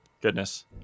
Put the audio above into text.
Goodness